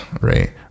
right